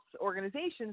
organizations